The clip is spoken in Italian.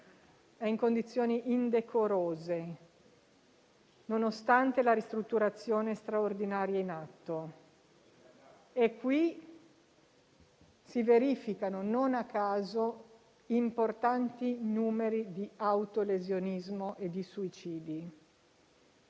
è in condizioni indecorose, nonostante la ristrutturazione straordinaria in atto. E qui si verificano, non a caso, importanti numeri di autolesionismo e di suicidi.